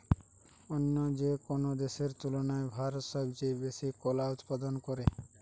অন্য যেকোনো দেশের তুলনায় ভারত সবচেয়ে বেশি কলা উৎপাদন করে